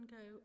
go